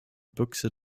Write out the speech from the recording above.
büchse